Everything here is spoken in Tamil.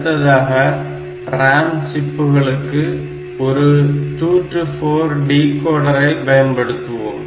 அடுத்ததாக RAM சிப்புகளுக்கு ஒரு 2 to 4 டிகோடரை பயன்படுத்துவோம்